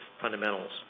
fundamentals